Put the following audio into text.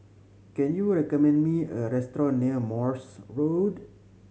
can you recommend me a restaurant near Morse Road